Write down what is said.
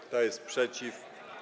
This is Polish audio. Kto jest przeciw?